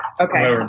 Okay